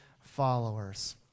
followers